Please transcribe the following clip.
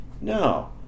no